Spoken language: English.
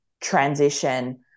transition